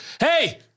hey –